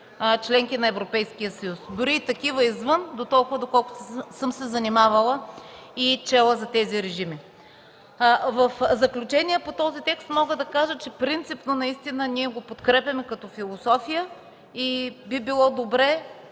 членки на Европейския съюз, дори и такива извън, доколкото съм се запознавала и чела за тези режими. В заключение по този текст мога да кажа, че принципно наистина ние го подкрепяме като философия и би било добре